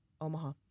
Omaha